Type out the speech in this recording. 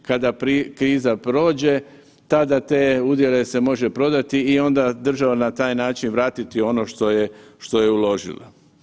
Kada kriza prođe onda tada te udjele se može prodati i onda država na taj način vratiti ono što je uložila.